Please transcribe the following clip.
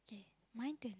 okay my turn